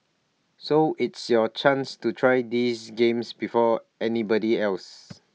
so it's your chance to try these games before anybody else